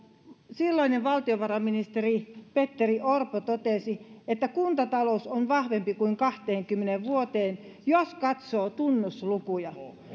silloinen valtiovarainministeri petteri orpo totesi että kuntatalous on vahvempi kuin kahteenkymmeneen vuoteen jos katsoo tunnuslukuja